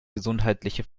gesundheitliche